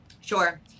Sure